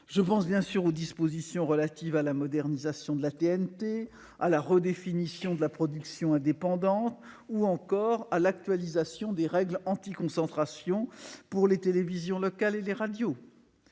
à l'esprit les dispositions relatives à la modernisation de la TNT, à la redéfinition de la production indépendante, ou encore à l'actualisation des règles anti-concentration pour les télévisions locales et les radios.